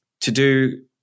to-do